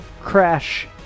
crash